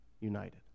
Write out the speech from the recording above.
united